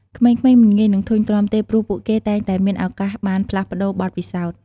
ក្មេងៗមិនងាយនឹងធុញទ្រាន់ទេ ព្រោះពួកគេតែងតែមានឱកាសបានផ្លាស់ប្តូរបទពិសោធន៍។